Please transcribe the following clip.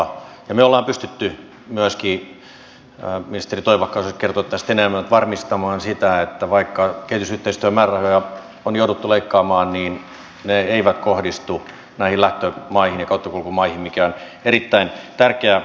me olemme pystyneet myöskin ministeri toivakka osaisi kertoa tästä enemmän varmistamaan sitä että vaikka kehitysyhteistyömäärärahoja on jouduttu leikkaamaan niin ne eivät kohdistu näihin lähtömaihin ja kauttakulkumaihin mikä on erittäin tärkeä asia